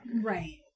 right